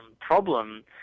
problem